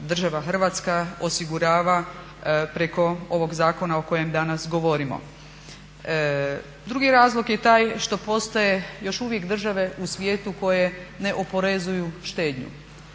država Hrvatska osigurava preko ovog zakona o kojem danas govorimo. Drugi razlog je taj što postoje još uvijek države u svijetu koje ne oporezuju štednju.